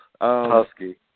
Husky